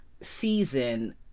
season